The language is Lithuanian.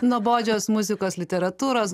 nuobodžios muzikos literatūros